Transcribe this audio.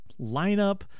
lineup